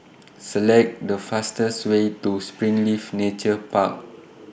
Select The fastest Way to Springleaf Nature Park